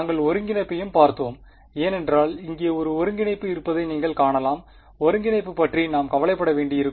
நாங்கள் ஒருங்கிணைப்பையும் பார்த்தோம் ஏனென்றால் இங்கே ஒரு ஒருங்கிணைப்பு இருப்பதை நீங்கள் காணலாம் ஒருங்கிணைப்பு பற்றி நாம் கவலைப்பட வேண்டியிருக்கும்